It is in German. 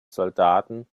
soldaten